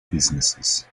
businesses